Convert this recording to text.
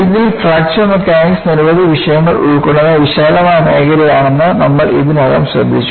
ഇതിൽ fracture mechanics നിരവധി വിഷയങ്ങൾ ഉൾക്കൊള്ളുന്ന വിശാലമായ മേഖലയാണെന്ന് നമ്മൾ ഇതിനകം ശ്രദ്ധിച്ചു